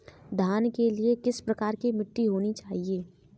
धान के लिए किस प्रकार की मिट्टी होनी चाहिए?